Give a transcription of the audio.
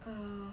err